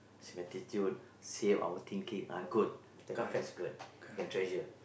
same attitude say our thinking uh good that kind of friend is good can treasure